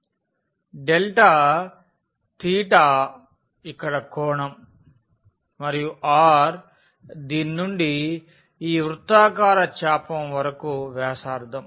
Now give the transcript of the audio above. delta theta ఇక్కడ కోణం మరియు r దీని నుండి ఈ వృత్తాకార చాపం వరకు వ్యాసార్థం